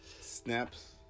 Snaps